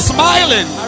Smiling